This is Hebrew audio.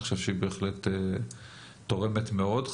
אני חושב שהיא בהחלט תורמת מאוד.